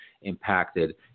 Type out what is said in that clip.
impacted